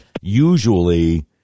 usually